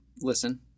listen